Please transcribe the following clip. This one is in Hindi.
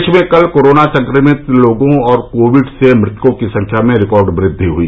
देश में कल कोरोना संक्रमित लोगों और कोविड से मृतकों की संख्या में रिकॉर्ड वृद्धि हुई